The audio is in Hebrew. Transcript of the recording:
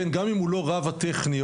גם אם הוא לא רב הטכניון,